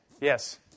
Yes